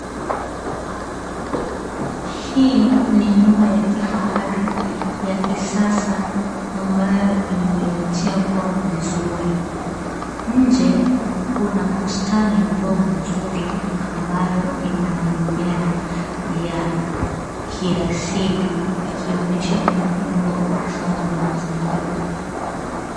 Hii ni nyumba ya kifahari ya kisasa ambayo imejengwa vizuri. Nje kuna bustani ndogo nzuri ambayo ina mimea ya kiasili ikionyesha umuhimu wa uhifadhi wa mazingira.